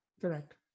Correct